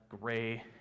gray